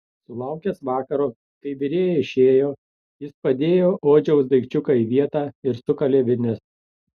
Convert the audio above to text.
sulaukęs vakaro kai virėja išėjo jis padėjo odžiaus daikčiuką į vietą ir sukalė vinis